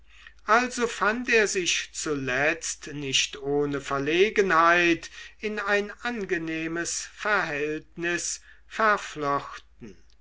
also fand er sich zuletzt nicht ohne verlegenheit in ein angenehmes verhältnis verflochten